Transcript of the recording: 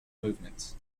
movements